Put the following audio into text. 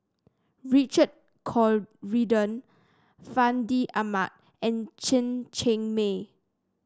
Richard Corridon Fandi Ahmad and Chen Cheng Mei